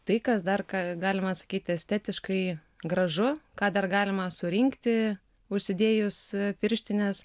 tai kas dar ką galima sakyt estetiškai gražu ką dar galima surinkti užsidėjus pirštines